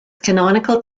canonical